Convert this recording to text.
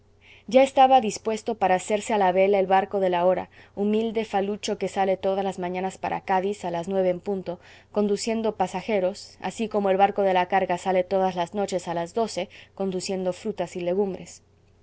ya estaba dispuesto para hacerse a la vela el barco de la hora humilde falucho que sale todas las mañanas para cádiz a las nueve en punto conduciendo pasajeros así como el barco de la carga sale todas las noches á las doce conduciendo frutas y legumbres